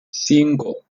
cinco